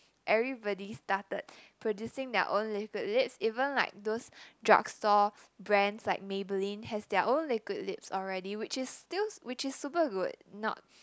everybody started producing their own liquid lips even like those drug store brands like Maybelline has their own liquid lips already which is still which is super good not